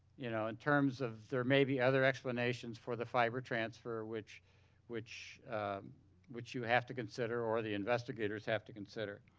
you know, in terms of there may be other explanations for the fiber transfer which which you have to consider or the investigators have to consider.